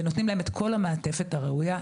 ונותנים להם את כל המעטפת הראויה.